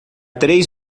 três